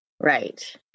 Right